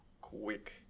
quick